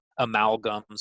amalgams